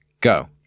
go